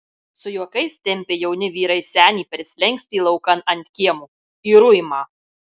su juokais tempia jauni vyrai senį per slenkstį laukan ant kiemo į ruimą